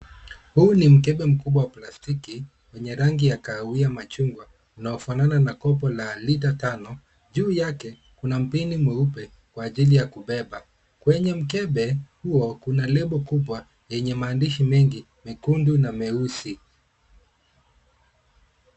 Huu ni mkebe mkubwa wa plastiki , wenye rangi ya kahawia machungwa unaofanana na kopo la lita tano. Juu yake kuna mpini mweupe kwa ajili ya kubeba. Kwenye mkebe huo, kuna lebo kubwa yenye maandishi mengi mekundu na meusi.